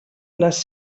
les